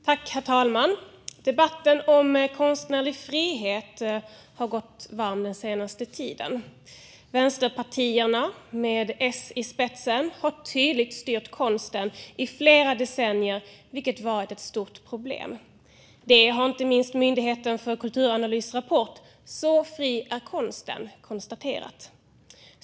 Herr talman! Debatten om konstnärlig frihet har varit het den senaste tiden. Vänsterpartierna med Socialdemokraterna i spetsen har tydligt styrt konsten i flera decennier, vilket har varit ett stort problem. Det konstateras inte minst i Myndigheten för kulturanalys rapport Så fri är konsten .